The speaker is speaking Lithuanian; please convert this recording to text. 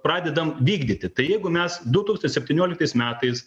pradedam vykdyti tai jeigu mes du tūkstantis septynioliktais metais